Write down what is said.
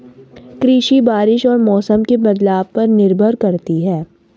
कृषि बारिश और मौसम के बदलाव पर निर्भर करती है